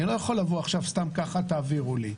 אני לא יכול לבקש סתם ככה שיעבירו לי.